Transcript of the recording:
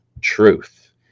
truth